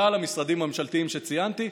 כלל המשרדים הממשלתיים שציינתי,